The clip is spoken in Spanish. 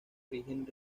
origen